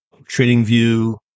TradingView